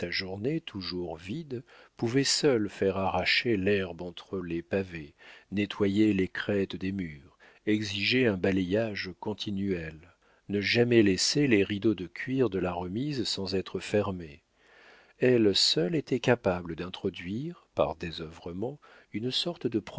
toujours vide pouvait seule faire arracher l'herbe entre les pavés nettoyer les crêtes des murs exiger un balayage continuel ne jamais laisser les rideaux de cuir de la remise sans être fermés elle seule était capable d'introduire par désœuvrement une sorte de